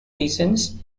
reasons